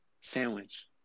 sandwich